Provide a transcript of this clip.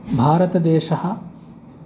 भारतदेशः